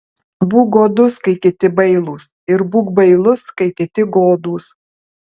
būk godus kai kiti bailūs ir būk bailus kai kiti godūs